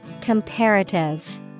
Comparative